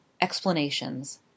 Explanations